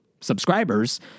subscribers